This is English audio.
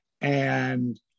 And-